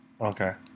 Okay